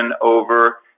over